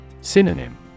Synonym